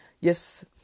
Yes